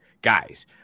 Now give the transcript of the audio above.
Guys